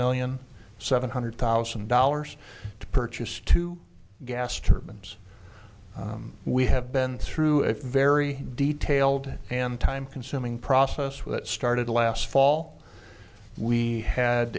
million seven hundred thousand dollars to purchase two gas turbines we have been through a very detailed and time consuming process what started last fall we had